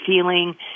feeling